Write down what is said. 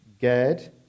Gad